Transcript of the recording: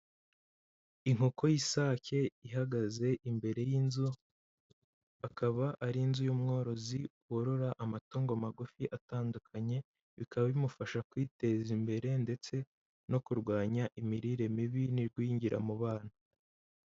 Inkoko y'isake ihagaze imbere y'inzu, akaba ari inzu y'umworozi worora amatungo magufi atandukanye, bikaba bimufasha kwiteza imbere ndetse no kurwanya imirire mibi n'igwingira mu bana.